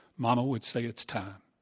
mama would say, it's time.